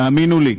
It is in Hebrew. האמינו לי,